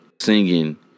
singing